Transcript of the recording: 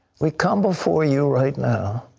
we come before you right now